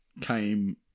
came